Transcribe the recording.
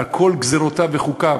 על כל גזירותיו וחוקיו,